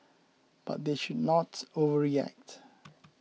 but they should not over yet